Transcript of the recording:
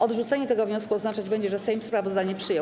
Odrzucenie tego wniosku oznaczać będzie, że Sejm sprawozdanie przyjął.